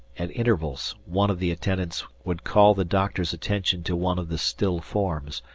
at intervals, one of the attendants would call the doctor's attention to one of the still forms.